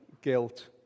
guilt